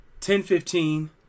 10-15